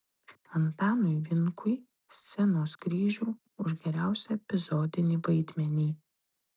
antanui vinkui scenos kryžių už geriausią epizodinį vaidmenį